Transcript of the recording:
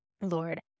Lord